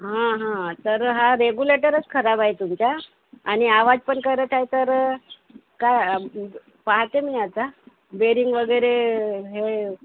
हां हां तर हा रेगुलेटरच खराब आहे तुमचा आणि आवाज पण करत आहे तर काय पाहते मी आता बेरिंग वगैरे हे